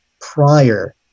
prior